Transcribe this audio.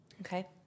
Okay